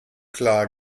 klar